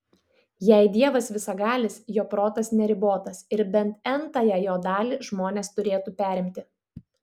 jei dievas visagalis jo protas neribotas ir bent n tąją jo dalį žmonės turėtų perimti